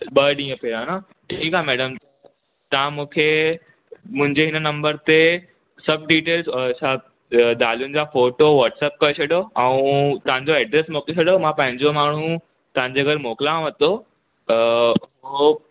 ॿ ॾींअ पैंरा न ठीक आ मैडम तां मुखे मुंजे हिन नम्बर ते सब डिटेल्स अ सब अ दालियुनि जा फोटो वाट्सअप करे छॾो आऊं तांजो एड्रेस मोकले छॾो मां पांजो माण्हू तांजे घरु मोकलांव तो त हो